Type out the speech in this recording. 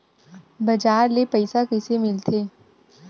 बजार ले पईसा कइसे मिलथे?